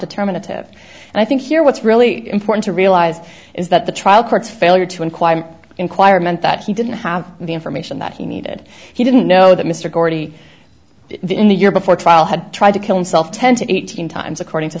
determinative and i think here what's really important to realize is that the trial court's failure to inquire inquire meant that he didn't have the information that he needed he didn't know that mr gordy in the year before trial had tried to kill himself ten to eighteen times according to